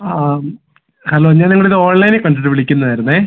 ആ ഹലോ ഞാൻ നിങ്ങളെ ഇത് ഓൺലൈനിൽ കണ്ടിട്ട് വിളിക്കുന്ന ആയിരുന്നേ